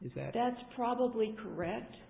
is that that's probably correct